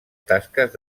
tasques